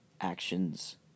actions